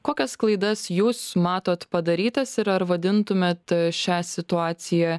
kokias klaidas jūs matot padarytas ir ar vadintumėt šią situaciją